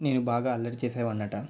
నేను బాగా అల్లరి చేసేవాన్ని అట